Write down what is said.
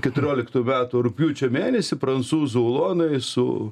keturioliktų metų rugpjūčio mėnesį prancūzų ulonai su